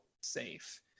safe